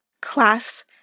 Class